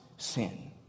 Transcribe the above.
sin